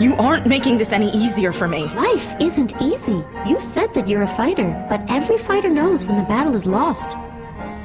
you aren't making this any easier for me! life isn't easy. you said that you're a fighter, but every fighter knows when the battle is lost